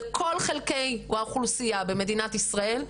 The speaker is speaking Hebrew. לכל חלקי האוכלוסייה במדינת ישראל,